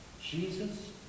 Jesus